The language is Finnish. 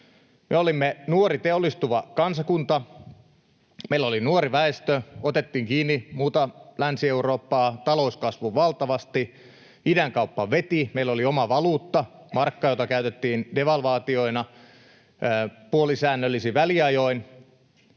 Me olimme nuori teollistuva kansakunta, meillä oli nuori väestö, otettiin kiinni muuta Länsi-Eurooppaa, talous kasvoi valtavasti, idänkauppa veti. Meillä oli oma valuutta, markka, jota käytettiin devalvaatioina puolisäännöllisin väliajoin